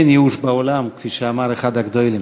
אין ייאוש בעולם, כפי שאמר אחד ה"גדוילים".